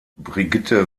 brigitte